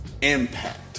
impact